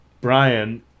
Brian